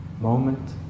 Moment